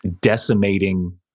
decimating